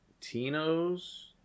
Tino's